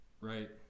Right